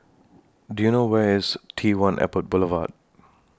Do YOU know Where IS T one Airport Boulevard